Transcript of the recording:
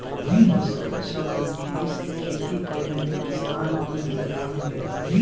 फसलचक्र विधि से खेती कईला में किसान कुल के लाभ मिलेला